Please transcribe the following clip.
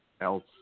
else